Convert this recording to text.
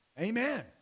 Amen